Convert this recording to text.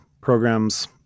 programs